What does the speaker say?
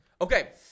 Okay